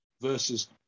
versus